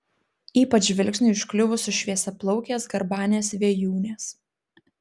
ypač žvilgsniui užkliuvus už šviesiaplaukės garbanės vėjūnės